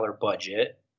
budget